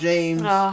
James